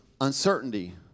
uncertainty